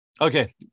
okay